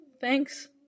thanks